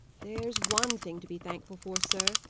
there's one thing to be thankful for, sir,